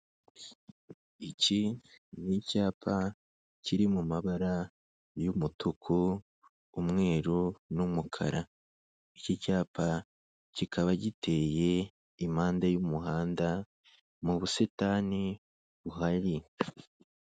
Iki ni icyapa kiri mu mabara y'umutuku, umweru n'umukara, iki cyapa kikaba giteye impande y'umuhanda mu busitani buhari.